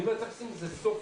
צריך לשים לזה סוף.